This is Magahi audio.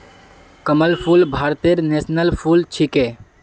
कमल फूल भारतेर नेशनल फुल छिके